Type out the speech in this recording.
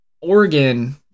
Oregon